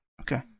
Okay